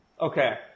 Okay